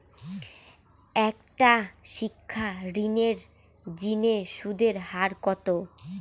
একটা শিক্ষা ঋণের জিনে সুদের হার কত?